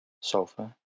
Sulfur